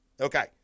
Okay